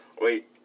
Wait